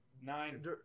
Nine